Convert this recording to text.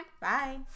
Bye